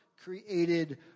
Created